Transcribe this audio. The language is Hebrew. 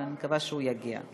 אבל אני מקווה שהוא יגיע.